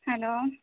hello